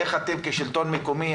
איך אתם כשלטון מקומי,